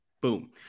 boom